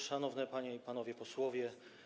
Szanowne Panie i Panowie Posłowie!